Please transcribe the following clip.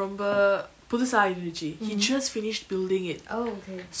ரொம்ப புதுசா இருந்துச்சி:romba puthusa irunthuchi he just finish building it